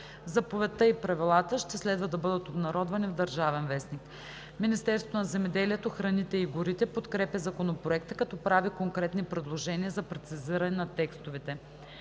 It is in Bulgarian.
Заповедта и правилата ще следва да бъдат обнародвани в „Държавен вестник“. Министерството на земеделието, храните и горите подкрепя Законопроекта, като прави конкретни предложения за прецизиране на текстовете.